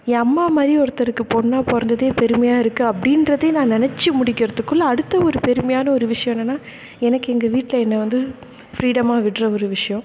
என் அம்மா மாதிரி ஒருத்தருக்கு பொண்ணாக பிறந்ததே பெருமையாக இருக்குது அப்படின்றதே நான் நினச்சி முடிக்கிறத்துக்குள்ளே அடுத்த ஒரு பெருமையான ஒரு விஷயம் என்னென்னால் எனக்கு எங்கள் வீட்டில் என்ன வந்து ஃப்ரீடமாக விடுற ஒரு விஷயம்